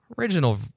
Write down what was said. original